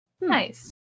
Nice